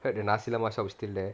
heard the nasi lemak shop is still there